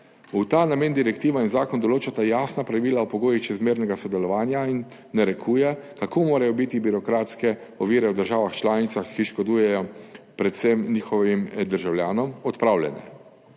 V ta namen direktiva in zakon določata jasna pravila o pogojih čezmejnega sodelovanja in narekujeta, kako morajo biti birokratske ovire v državah članicah, ki škodujejo predvsem njihovim državljanom, odpravljene.